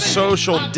social